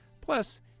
Plus